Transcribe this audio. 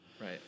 Right